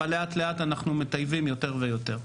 אבל לאט לאט אנחנו מטייבים יותר ויותר.